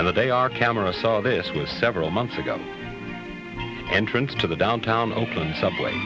and the day our cameras saw this was several months ago entrance to the downtown oakland subway